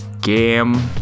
game